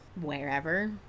wherever